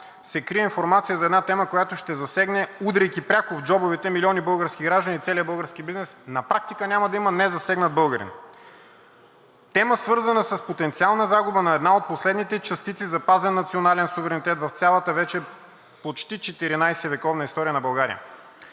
се крие информация за една тема, която ще засегне, удряйки пряко в джобовете милиони български граждани и целия български бизнес, и на практика няма да има незасегнат българин – тема, свързана с потенциалната загуба на една от последните частици запазен национален суверенитет в цялата вече почти 14 вековна история на България.